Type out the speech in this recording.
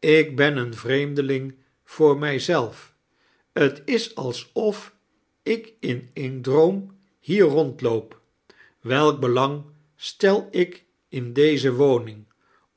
ik ben een vreemdeling voor mijzelf t is alsof ik in een droom hier rondloop welk belong stel ik in deze woning